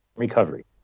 recovery